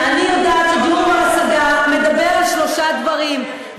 אני יודעת שדיור בר-השגה מדבר על שלושה דברים,